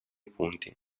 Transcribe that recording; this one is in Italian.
punti